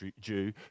Jew